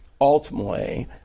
ultimately